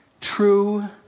true